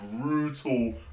brutal